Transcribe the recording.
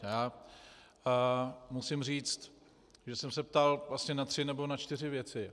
A já musím říct, že jsem se ptal asi na tři nebo čtyři věci.